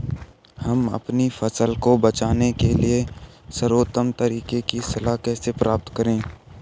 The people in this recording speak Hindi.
हम अपनी फसल को बचाने के सर्वोत्तम तरीके की सलाह कैसे प्राप्त करें?